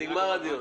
הדיון.